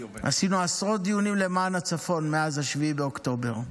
עשינו עשרות דיונים למען הצפון מאז 7 באוקטובר.